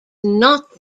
not